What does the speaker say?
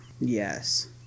Yes